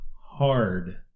hard